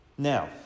Now